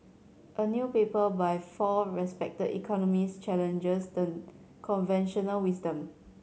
a new paper by four respected economists challenges the conventional wisdom